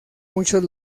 muchos